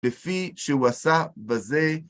בפי שהוא עשה בזה